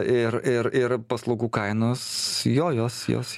ir ir ir paslaugų kainos jo jos jos